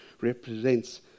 represents